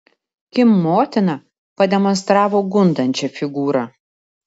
kim motina pademonstravo gundančią figūrą